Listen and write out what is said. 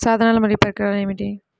సాధనాలు మరియు పరికరాలు ఏమిటీ?